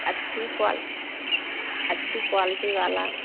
अच्छी क्वालिटी अच्छी क्वालिटी वाला